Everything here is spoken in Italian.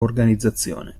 organizzazione